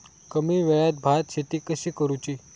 कमी वेळात भात शेती कशी करुची?